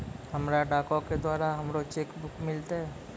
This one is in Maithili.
हमरा डाको के द्वारा हमरो चेक बुक मिललै